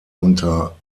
unter